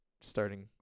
starting